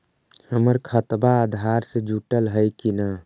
हमर खतबा अधार से जुटल हई कि न?